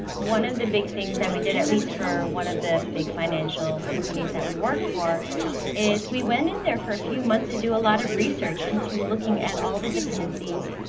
one of the big things that we did at least for one of the big financial companies that we worked for is we went in there for a few months to do a lot of research into looking at all the dependencies,